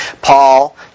Paul